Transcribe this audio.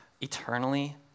eternally